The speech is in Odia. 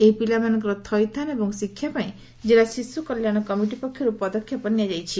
ଏହି ପିଲାମାନଙ୍କର ଥଇଥାନ ଏବଂ ଶିକ୍ଷା ପାଇଁ ଜିଲ୍ଲା ଶିଶୁ କଲ୍ୟାଣ କମିଟି ପକ୍ଷରୁ ପଦକ୍ଷେପ ନିଆଯାଇଛି